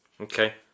Okay